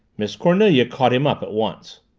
miss cornelia caught him up at once.